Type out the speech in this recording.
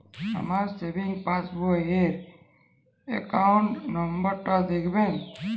আমার savings passbook র account number টা দেখাবেন?